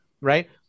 right